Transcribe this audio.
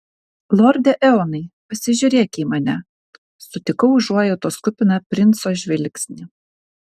lorde eonai pasižiūrėk į mane sutikau užuojautos kupiną princo žvilgsnį